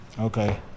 Okay